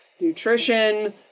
nutrition